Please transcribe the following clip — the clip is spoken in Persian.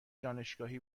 دانشگاهی